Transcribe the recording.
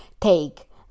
take